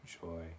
joy